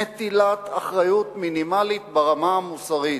נטילת אחריות מינימלית ברמה המוסרית,